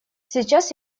сейчас